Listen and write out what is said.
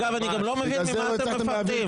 אני גם לא מבין ממה אתם מפחדים.